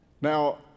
now